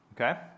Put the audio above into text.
okay